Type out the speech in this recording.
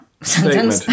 statement